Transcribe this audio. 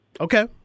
Okay